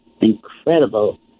incredible